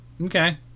Okay